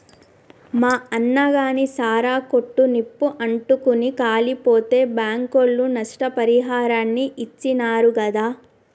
మా అన్నగాని సారా కొట్టు నిప్పు అంటుకుని కాలిపోతే బాంకోళ్లు నష్టపరిహారాన్ని ఇచ్చినారు గాదా